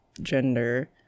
gender